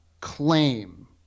claim